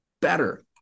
better